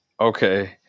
okay